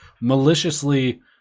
maliciously